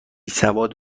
سواد